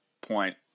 point